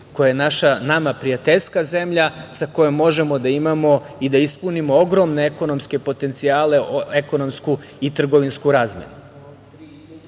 koja je nama prijateljska zemlja, sa kojom možemo da imamo i da ispunimo ogromne ekonomske potencijale, ekonomsku i trgovinsku razmenu.